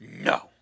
No